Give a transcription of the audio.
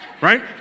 Right